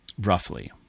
roughly